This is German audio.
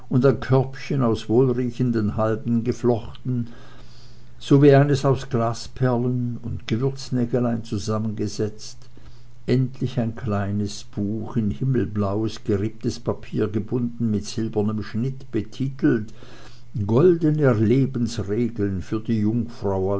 ein körbchen aus wohlriechenden halmen geflochten sowie eines aus glasperlen und gewürznägelein zusammengesetzt endlich ein kleines buch in himmelblaues geripptes papier gebunden mit silbernem schnitt betitelt goldene lebensregeln für die jungfrau